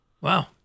Wow